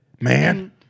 Man